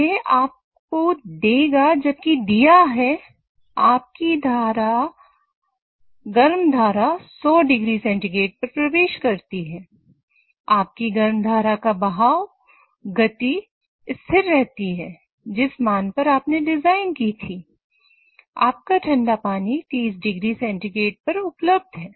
यह आपको देगा जबकि दिया है • आपकी गर्म धारा100oC पर प्रवेश करती है • आपकी गर्म धारा की बहाव गति स्थिर रहती है जिस मान पर आपने डिजाइन की थी • आपका ठंडा पानी 30 oC पर उपलब्ध है